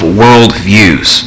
worldviews